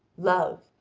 love,